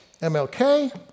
MLK